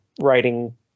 writing